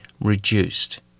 reduced